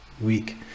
week